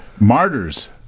Martyrs